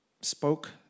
spoke